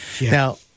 now